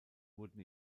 wurden